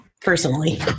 personally